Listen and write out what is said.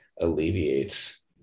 alleviates